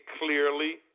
clearly